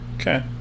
Okay